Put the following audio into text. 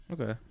Okay